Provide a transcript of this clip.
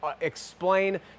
explain